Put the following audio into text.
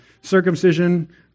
circumcision